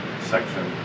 section